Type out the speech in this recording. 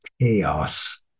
chaos